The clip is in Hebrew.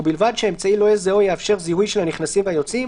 ובלבד שהאמצעי לא יזהה או יאפשר זיהוי של הנכנסים והיוצאים,